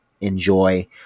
enjoy